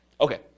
Okay